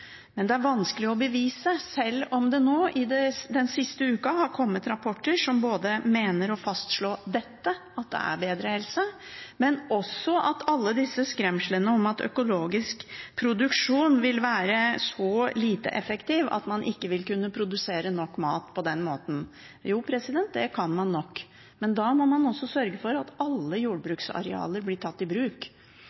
men det er vanskelig å bevise, sjøl om det nå i den siste uka har kommet rapporter som både mener å fastslå dette, at det er bedre helse, og også tar opp alle disse skremslene om at økologisk produksjon vil være så lite effektiv at man ikke vil kunne produsere nok mat på den måten. Jo, det kan man nok, men da må man også sørge for at alle